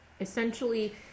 essentially